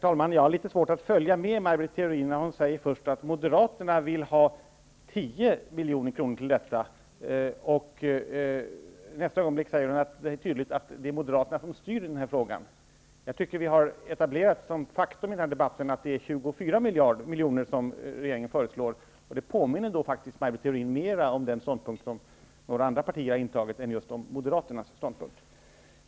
Jag har litet svårt att följa med Maj Britt Theorin när hon först säger att Moderaterna vill ha tio miljoner kronor till detta. I nästa ögonblick säger hon att det är tydligt att det är Moderaterna som styr i den här frågan. Jag tycker att vi har etablerat som faktum i den här debatten att regeringen föreslår 24 miljoner. Det påminner faktiskt, Maj Britt Theorin, mera om den ståndpunkt som några andra partier än Moderaterna har intagit.